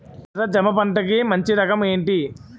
ఎర్ర జమ పంట కి మంచి రకం ఏంటి?